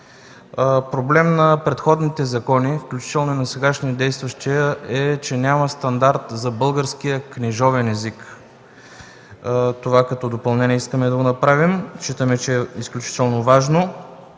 Проблем на предходните закони, включително и на сега действащия, е, че няма стандарт за българския книжовен език. Това искаме да направим като допълнение. Считаме, че е изключително важно.